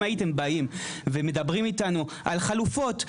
אם הייתם באים ומדברים איתנו על חלופות,